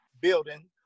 building